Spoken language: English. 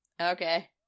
okay